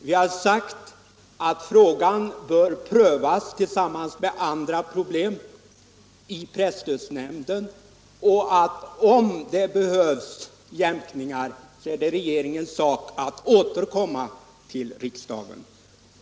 Vi har sagt att pressstödsnämnden bör pröva denna fråga tillsammans med andra problem och att det är regeringens sak att återkomma till riksdagen om det visar sig att man behöver göra jämkningar.